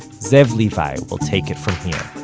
zev levi will take it from here